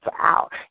out